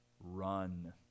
Run